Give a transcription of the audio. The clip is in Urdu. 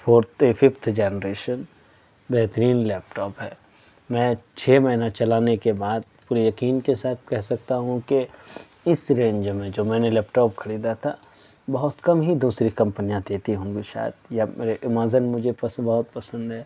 فورتھ ففتھ جنریشن بہترین لیپ ٹاپ ہے میں چھ مہینہ چلانے کے بعد پورے یقین کے ساتھ کہہ سکتا ہوں کہ اس رینج میں جو میں نے لیپ ٹاپ خریدا تھا بہت کم ہی دوسری کمپنیاں دیتی ہوں گی شاید یا امازن مجھے پسند بہت پسند ہے